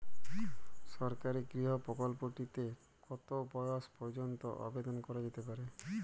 সরকারি গৃহ প্রকল্পটি তে কত বয়স পর্যন্ত আবেদন করা যেতে পারে?